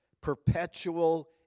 perpetual